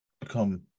become